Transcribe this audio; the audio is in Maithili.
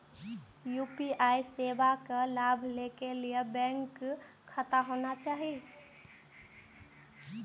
यू.पी.आई सेवा के लाभ लै के लिए बैंक खाता होना चाहि?